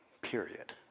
Period